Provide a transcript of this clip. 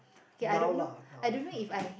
now lah now